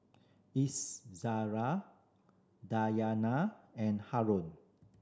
Izzara Dayana and Haron